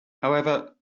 however